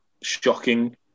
shocking